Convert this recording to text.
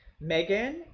megan